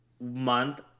month